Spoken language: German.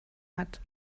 hat